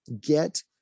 get